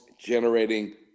generating